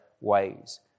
ways